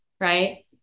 Right